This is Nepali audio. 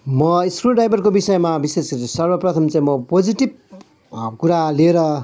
म स्क्रुड्राइभरको विषयमा विशेष सर्वप्रथम चाहिँ म पोजेटिभ कुरा लिएर